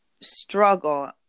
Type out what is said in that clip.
struggle